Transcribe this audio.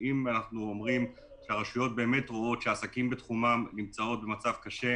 אם אנחנו אומרים שהרשויות רואות שהעסקים בתחומן נמצאות במצב קשה,